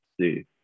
see